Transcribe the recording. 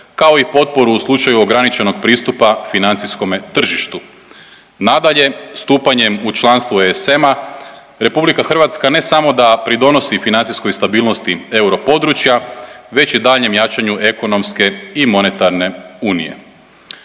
kao i potporu u slučaju ograničenog pristupa financijskome tržištu. Nadalje, stupanjem u članstvo ESM-a, RH ne samo da pridonosi financijskoj stabilnosti europodručja, već i daljnjem jačanju ekonomske i monetarne unije.